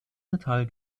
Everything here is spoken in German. metall